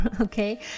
okay